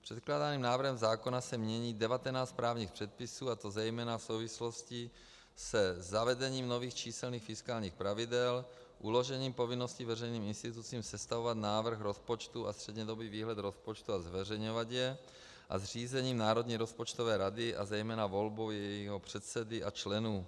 Předkládaným návrhem zákona se mění 19 právních předpisů, a to zejména v souvislosti se zavedením nových číselných fiskálních pravidel, uložením povinnosti veřejným institucím sestavovat návrh rozpočtu a střednědobý výhled rozpočtu a zveřejňovat je a zřízením Národní rozpočtové rady a zejména volbou jejího předsedy a členů.